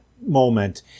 moment